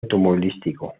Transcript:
automovilístico